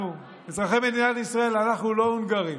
אנחנו, אזרחי מדינת ישראל, אנחנו לא הונגרים